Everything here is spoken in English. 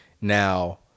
Now